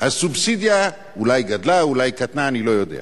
הסובסידיה אולי גדלה, אולי קטנה, אני לא יודע.